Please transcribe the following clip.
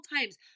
times